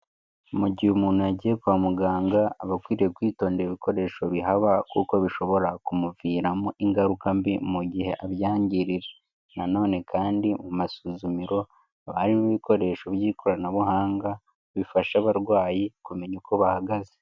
Mu gihe umuntu yagiye kwa muganga aba akwiriye kwitondera ibikoresho bihaba kuko bishobora kumuviramo ingaruka mbi mu gihe abyangirije, nanone kandi mu masuzumiro, haba harimo ibikoresho by'ikoranabuhanga, bifasha abarwayi kumenya uko bahagaze.